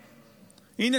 הינה,